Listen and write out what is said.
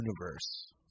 Universe